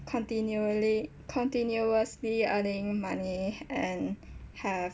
continually continuously earning money and have